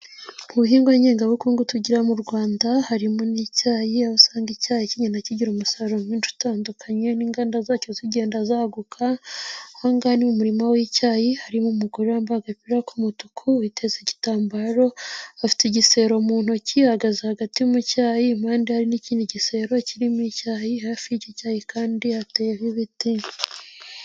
Mu bihingwa ngengabukungu tugira mu Rwanda harimo n'icyayi aho usanga icyayi kigenda kigira umusaruro mwinshi utandukanye n'inganda zacyo zigenda zaguka, aha ngaga ni mu umurima w'icyayi harimo umugore wambaye agapira k'umutuku witeze igitambaro, afite igisero mu ntoki ,ahagaze hagati mu cyayi impande hari n'ikindi gisero kirimo icyayi hafi y'icyayi kandi hateyeho ibiti.